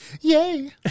Yay